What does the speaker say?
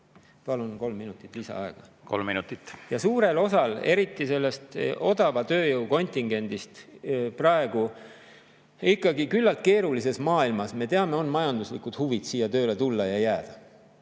Palun kolm minutit lisaaega. Kolm minutit. Suur osa eriti sellest odava tööjõu kontingendist on praegu ikkagi küllalt keerulises maailmas. Me teame, [et neil] on majanduslikud huvid siia tööle tulla ja